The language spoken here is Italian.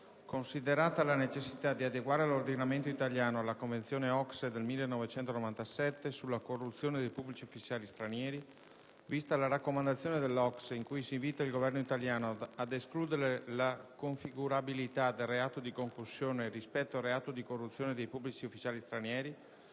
considerata la necessità di adeguare l'ordinamento italiano alla Convenzione OCSE del 1997 sulla corruzione dei pubblici ufficiali stranieri; vista la raccomandazione dell'OCSE con cui si invita il Governo italiano ad escludere la configurabilità dal reato di concussione rispetto al reato di corruzione dei pubblici ufficiali stranieri;